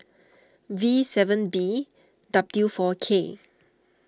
V seven B W four K